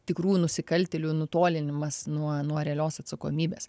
tikrų nusikaltėlių nutolinimas nuo nuo realios atsakomybės